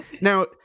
now